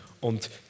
Und